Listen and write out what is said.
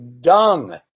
dung